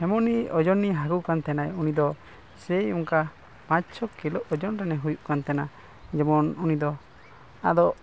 ᱮᱢᱚᱱᱤ ᱳᱡᱚᱱᱤᱧ ᱦᱟᱹᱠᱩ ᱠᱟᱱ ᱛᱟᱦᱮᱱᱟᱭ ᱩᱱᱤ ᱫᱚ ᱥᱮᱭ ᱚᱱᱠᱟ ᱯᱟᱸᱪ ᱪᱷᱚ ᱠᱤᱞᱳ ᱳᱡᱚᱱ ᱨᱮᱱᱮ ᱦᱩᱭᱩᱜ ᱠᱟᱱ ᱛᱟᱦᱮᱱᱟ ᱡᱮᱢᱚᱱ ᱩᱱ ᱫᱚ ᱟᱫᱚ